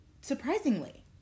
surprisingly